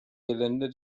gelände